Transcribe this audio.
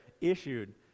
issued